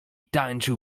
tańczył